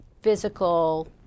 physical